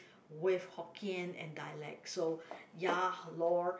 with Hokkien and dialects so ya lor